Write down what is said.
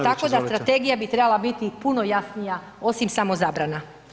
tako da strategija bi trebala biti puno jasnija osim samo zabrana.